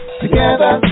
together